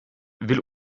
will